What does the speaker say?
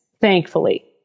thankfully